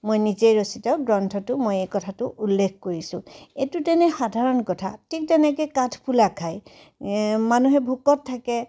মই নিজেই ৰচিত গ্ৰন্থটো মই এই কথাটো উল্লেখ কৰিছোঁ এইটো তেনেই সাধাৰণ কথা ঠিক তেনেকৈ কাঠফুলা খাই মানুহে ভোকত থাকে